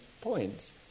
points